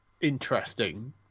interesting